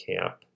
camp